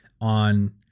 on